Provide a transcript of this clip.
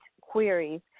queries